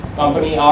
company